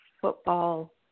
football